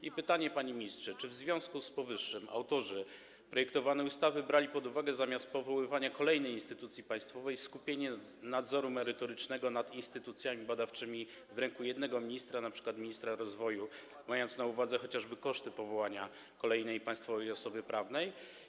I pytanie, panie ministrze: Czy w związku z powyższym autorzy projektowanej ustawy brali pod uwagę zamiast powoływania kolejnej instytucji państwowej skupienie nadzoru merytorycznego nad instytucjami badawczymi w ręku jednego ministra, np ministra rozwoju, mając na uwadze chociażby koszty powołania kolejnej państwowej osoby prawnej?